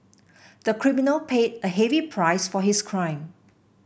the criminal paid a heavy price for his crime